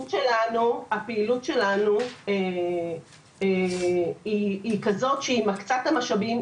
הפעילות שלנו היא כזאת שהיא מקצה את המשאבים,